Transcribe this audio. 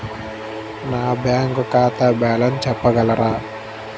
నా బ్యాంక్ ఖాతా బ్యాలెన్స్ చెప్పగలరా?